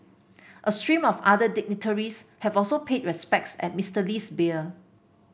a stream of other dignitaries have also paid respects at Mister Lee's bier